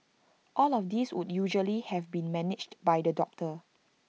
all of this would usually have been managed by the doctor